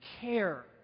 care